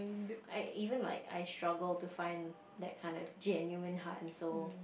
I even like I struggle to find that kind of genuine heart and soul